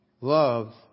Love